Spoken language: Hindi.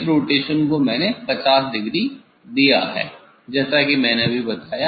इस रोटेशन को मैंने 50 डिग्री दिया है जैसा कि मैंने अभी बताया